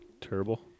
terrible